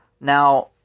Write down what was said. Now